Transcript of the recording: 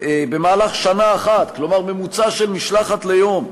במהלך שנה אחת, כלומר ממוצע של משלחת ליום,